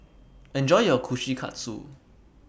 Enjoy your Kushikatsu